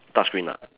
touch screen ah